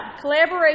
Collaboration